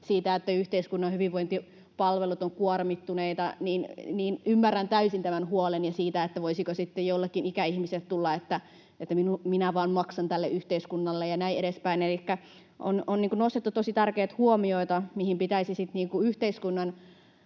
että yhteiskunnan hyvinvointipalvelut ovat kuormittuneita, ymmärrän täysin tämän huolen, voisiko sitten jollekin ikäihmiselle tulla, että minä vaan maksan tälle yhteiskunnalle ja näin edespäin. Elikkä on nostettu tosi tärkeitä huomioita, mitä pitäisi yhteiskunnan